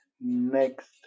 Next